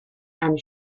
and